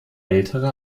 ältere